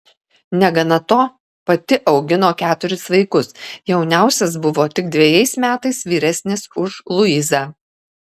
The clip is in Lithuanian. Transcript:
negana to pati augino keturis vaikus jauniausias buvo tik dvejais metais vyresnis už luizą